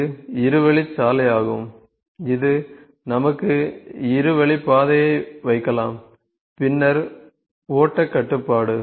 இது இருவழிச் சாலையாகும் இது நமக்கு இரு வழி பாதையை வைக்கலாம் பின்னர் ஓட்ட கட்டுப்பாடு